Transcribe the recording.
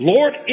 Lord